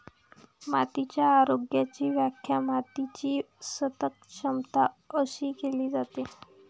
मातीच्या आरोग्याची व्याख्या मातीची सतत क्षमता अशी केली जाते